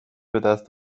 بدست